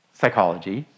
psychology